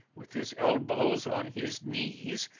with his elbows on his knees,